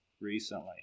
recently